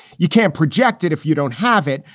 you can't projected if you don't have it.